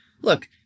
look